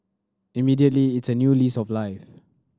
immediately it's a new lease of life